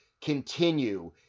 continue